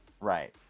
Right